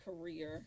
career